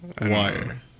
wire